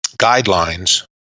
guidelines